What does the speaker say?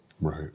Right